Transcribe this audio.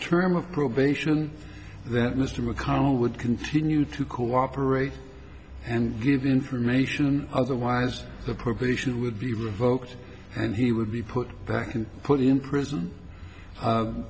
term of probation that mr mcconnell would continue to cooperate and give information otherwise the probation would be revoked and he would be put back and put in prison